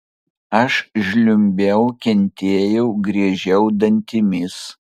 aš žliumbiau kentėjau griežiau dantimis